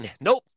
Nope